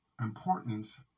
importance